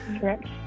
correct